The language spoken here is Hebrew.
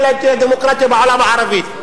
אלא אם תהיה דמוקרטיה בעולם הערבי.